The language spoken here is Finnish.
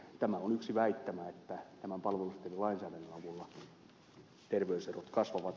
tämä on yksi väittämä että tämän palvelusetelilainsäädännön avulla terveyserot kasvavat